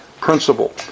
principle